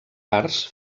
arts